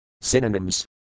Synonyms